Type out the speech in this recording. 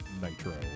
Nitro